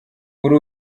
kuri